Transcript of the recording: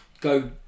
Go